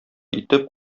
итеп